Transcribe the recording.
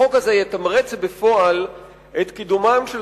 החוק הזה יתמרץ בפועל את קידומן של